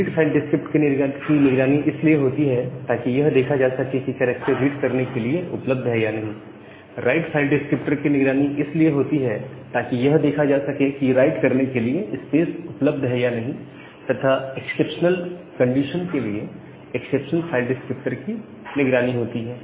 read file descriptor की निगरानी इसलिए होती है ताकि यह देखा जा सके कि कैरेक्टर रीड करने के लिए उपलब्ध है या नहीं राइट फाइल डिस्क्रिप्टर की निगरानी इसलिए होती है ताकि यह देखा जा सके कि राइट करने के लिए स्पेस उपलब्ध है या नहीं तथा एक्सेप्शनल कंडीशन के लिए एक्सेप्शनल फाइल डिस्क्रिप्टर की निगरानी होती है